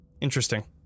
Interesting